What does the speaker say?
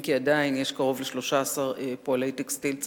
אם כי עדיין יש קרוב ל-13,000 עובדי טקסטיל בישראל,